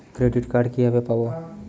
Credit card কিভাবে পাব?